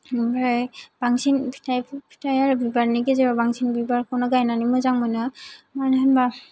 ओमफ्राय बांसिन फिथाइ फिथाइ आरो बिबारनि गेजेराव बांसिन बिबारखौनो गायनानै मोजां मोनो मानो होनबा